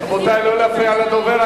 רבותי, לא להפריע לדובר.